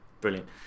Brilliant